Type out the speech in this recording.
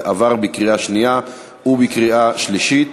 עברה בקריאה שנייה ובקריאה שלישית.